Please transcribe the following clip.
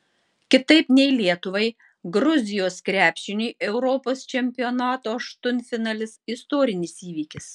kitaip nei lietuvai gruzijos krepšiniui europos čempionato aštuntfinalis istorinis įvykis